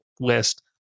list